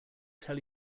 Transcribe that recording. tell